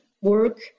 work